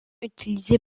utilisé